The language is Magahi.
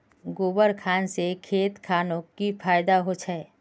गोबर खान से खेत खानोक की फायदा होछै?